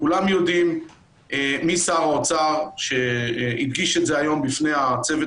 כולם יודעים מי שר האוצר שהדגיש היום בפני הצוות